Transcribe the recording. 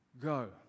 go